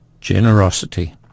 generosity